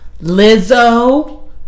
Lizzo